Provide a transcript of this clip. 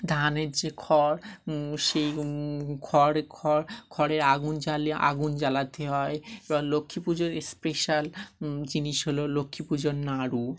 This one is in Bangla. ধানের যে খড় সেই খড় খড় খড়ের আগুন জ্বালে আগুন জ্বালাতে হয় এবার লক্ষ্মী পুজোর স্পেশাল জিনিস হলো লক্ষ্মী পুজোর নাড়ু